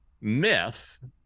myth